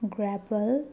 grapple